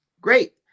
great